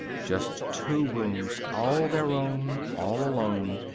just two rooms, all their own, all alone,